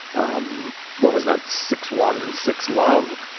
um what was that six one six love.